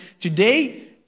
Today